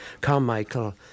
Carmichael